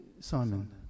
Simon